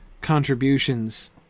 contributions